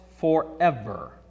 forever